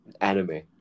anime